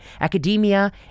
Academia